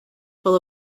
full